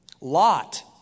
Lot